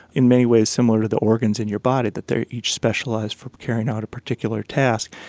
in many ways similar to the organs in your body, that they are each specialised for carrying out a particular task,